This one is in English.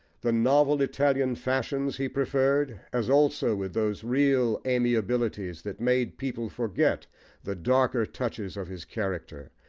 the novel italian fashions he preferred, as also with those real amiabilities that made people forget the darker touches of his character,